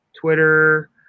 Twitter